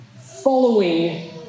following